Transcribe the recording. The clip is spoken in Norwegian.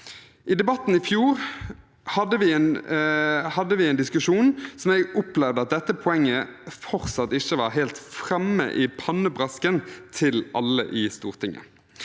I debatten i fjor hadde vi en diskusjon hvor jeg opplevde at dette poenget fortsatt ikke var helt framme i pannebrasken til alle i Stortinget.